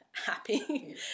happy